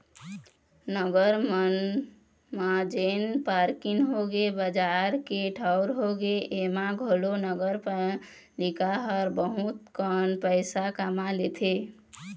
नगर मन म जेन पारकिंग होगे, बजार के ठऊर होगे, ऐमा घलोक नगरपालिका ह बहुत कन पइसा कमा लेथे